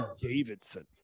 Davidson